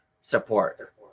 support